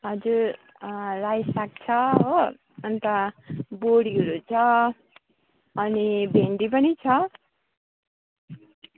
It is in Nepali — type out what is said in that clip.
हजुर रायो साग छ हो अन्त बोडीहरू छ अनि भिन्डी पनि छ